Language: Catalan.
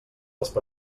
els